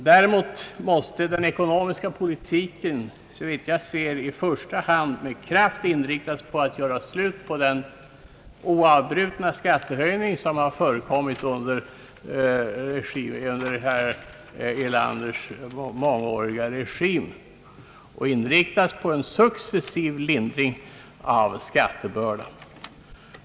Däremot måste den ekonomiska politiken såvitt jag ser i första hand med kraft inriktas på att göra slut på den oavbrutna skattehöjning som har förekommit under statsminister Erlanders mångåriga regim. Den ekonomiska politiken bör i stället inriktas på en successiv lindring av skattebördan.